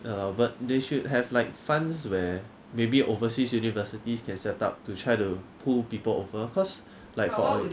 uh but they should have like funds where maybe overseas universities can set up to try to pull people over because like for all you want to